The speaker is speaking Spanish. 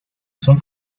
son